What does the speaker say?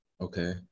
Okay